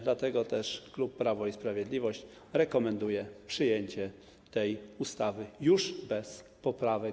Dlatego też klub Prawo i Sprawiedliwość rekomenduje przyjęcie tej ustawy już bez poprawek.